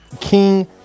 King